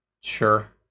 Sure